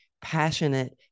passionate